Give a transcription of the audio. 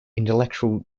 intellectual